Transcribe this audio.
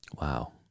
Wow